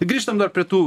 grįžtam prie tų